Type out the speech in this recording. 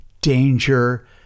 danger